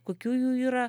kokių jų yra